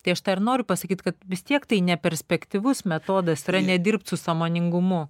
tai aš tą ir noriu pasakyt kad vis tiek tai neperspektyvus metodas yra nedirbt su sąmoningumu